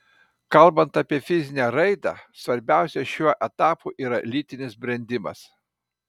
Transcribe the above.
kalbant apie fizinę raidą svarbiausia šiuo etapu yra lytinis brendimas